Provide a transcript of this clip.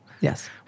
Yes